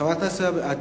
חברת הכנסת, את